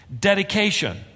dedication